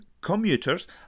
commuters